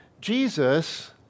Jesus